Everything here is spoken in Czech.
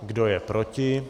Kdo je proti?